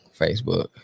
Facebook